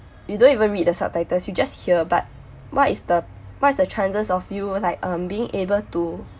you don't even read the subtitles you just hear but what is the what's the chances of you like um being able to